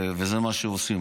וזה מה שעושים.